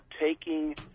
taking